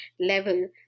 level